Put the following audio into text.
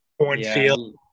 cornfield